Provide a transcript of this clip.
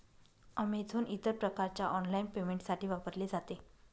Amazon इतर प्रकारच्या online पेमेंटसाठी वापरले जाते